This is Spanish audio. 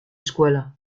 escuela